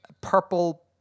purple